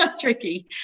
tricky